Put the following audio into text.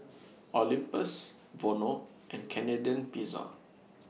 Olympus Vono and Canadian Pizza